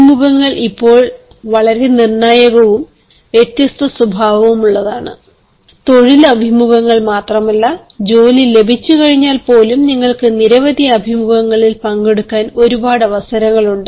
അഭിമുഖങ്ങളും ഇപ്പോഴും വളരെ നിർണായകവും വ്യത്യസ്ത സ്വഭാവമുള്ളവയാണ് തൊഴിൽ അഭിമുഖങ്ങൾ മാത്രമല്ല ജോലി ലഭിച്ചുകഴിഞ്ഞാൽ പോലും നിങ്ങൾക്ക് നിരവധി അഭിമുഖങ്ങളിൽ പങ്കെടുക്കാൻ ഒരുപാട് അവസരങ്ങളുണ്ട്